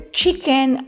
chicken